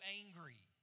angry